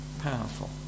powerful